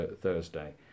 Thursday